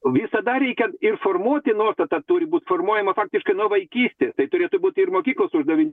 visada reikia ir formuoti nuostatą turi būt formuojama faktiškai nuo vaikystės tai turėtų būti ir mokyklos uždavin